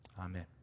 Amen